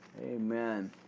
Amen